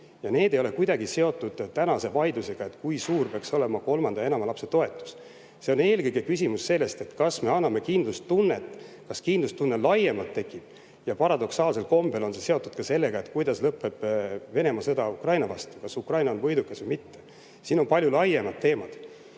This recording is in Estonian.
Need ei ole kuidagi seotud tänase vaidlusega, kui suur peaks olema kolmanda ja enama lapse toetus. Eelkõige on küsimus selles, kas me anname kindlustunnet, kas kindlustunne laiemalt tekib. Ja paradoksaalsel kombel on see seotud ka sellega, kuidas lõpeb Venemaa sõda Ukraina vastu, kas Ukraina on võidukas või mitte. Siin on palju laiemad teemad. Ja